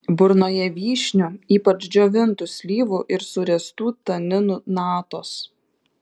burnoje vyšnių ypač džiovintų slyvų ir suręstų taninų natos